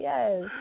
Yes